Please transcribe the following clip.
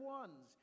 ones